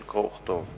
של קרוא וכתוב.